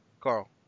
Carl